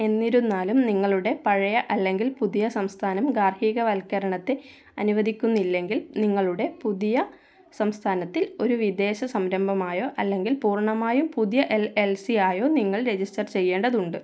എന്നിരുന്നാലും നിങ്ങളുടെ പഴയ അല്ലെങ്കിൽ പുതിയ സംസ്ഥാനം ഗാർഹിക വൽക്കരണത്തെ അനുവദിക്കുന്നില്ലെങ്കിൽ നിങ്ങളുടെ പുതിയ സംസ്ഥാനത്തിൽ ഒരു വിദേശ സംരംഭമായോ അല്ലെങ്കിൽ പൂർണ്ണമായും പുതിയ എൽ എൽ സി ആയോ നിങ്ങൾ രജിസ്റ്റർ ചെയ്യേണ്ടതുണ്ട്